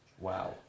Wow